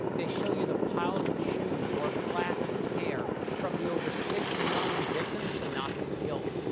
they show you the piles of shoes or of glasses and hair from the over six million victims the nazis killed.